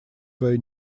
свою